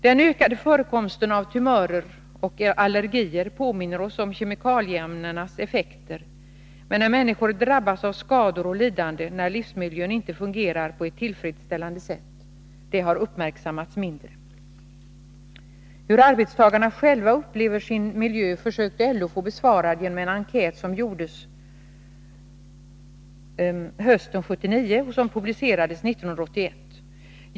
Den ökade förekomsten av tumörer och allergier påminner oss om kemikalieämnenas effekter, men att människor drabbas av skador och lidanden när livsmiljön inte fungerar på ett tillfredsställande sätt har uppmärksammats mindre. Hur arbetstagarna själva upplever sin miljö försökte LO få klarlagt genom en enkät som gjordes hösten 1979 och som publicerades 1981.